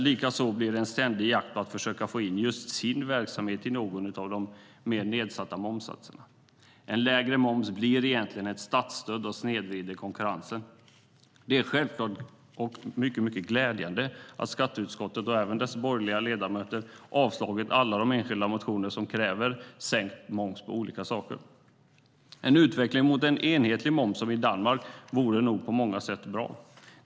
Likaså blir det en ständig jakt på att försöka få någon av de lägre momssatserna för just sin verksamhet. En lägre moms blir egentligen ett statsstöd och snedvrider konkurrensen. Det är självklart och mycket glädjande att skatteutskottet, även dess borgerliga ledamöter, avstyrkt alla de enskilda motioner där det krävs sänkt moms på olika saker. En utveckling mot en enhetlig moms, som i Danmark, vore nog på många sätt bra.